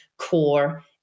core